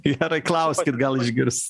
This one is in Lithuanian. gerai klauskit gal išgirs